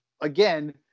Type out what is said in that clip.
again